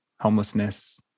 homelessness